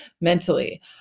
mentally